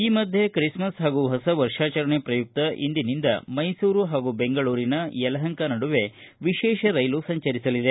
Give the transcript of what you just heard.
ಈ ಮಧ್ಯೆ ಕ್ರಿಸ್ಮಸ್ ಹಾಗೂ ಹೊಸ ವರ್ಷಾಚರಣೆ ಪ್ರಯುಕ್ತ ಇಂದಿನಿಂದ ಮೈಸೂರು ಹಾಗೂ ಬೆಂಗಳೂರಿನ ಯಲಹಂಕ ನಡುವೆ ವಿಶೇಷ ರೈಲು ಸಂಚರಿಸಲಿದೆ